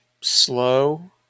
Slow